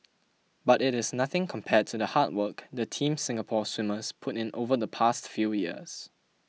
but it is nothing compared to the hard work the Team Singapore swimmers put in over the past few years